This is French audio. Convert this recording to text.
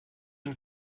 une